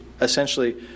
essentially